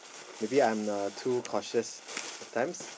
maybe I'm uh too cautious at times